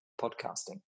podcasting